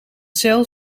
cel